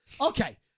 Okay